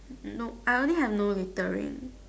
nope I only have no littering